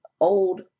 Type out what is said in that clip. old